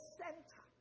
center